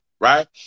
right